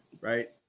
Right